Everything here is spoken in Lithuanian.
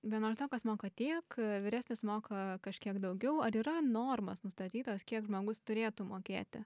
vienuoliktokas moka tiek vyresnis moka kažkiek daugiau ar yra normos nustatytos kiek žmogus turėtų mokėti